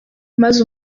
maze